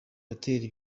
hoteli